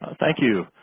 thank you.